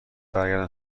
برگردم